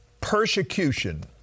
persecution